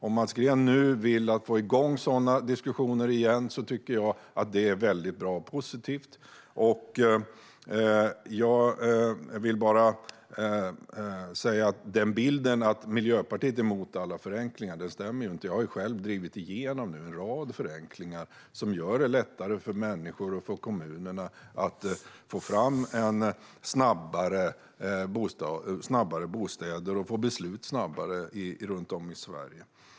Om Mats Green nu vill få igång sådana diskussioner igen tycker jag att det är bra och positivt. Bilden att Miljöpartiet är emot alla förenklingar stämmer inte. Jag har själv drivit igenom en rad förenklingar som gör det lättare för människor och kommuner att få fram bostäder och beslut snabbare runt om i Sverige.